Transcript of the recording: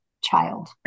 child